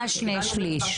מה שני שליש?